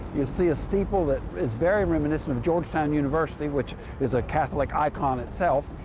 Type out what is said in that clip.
you see a staple that is very reminiscent of georgetown university, which is a catholic icon itself,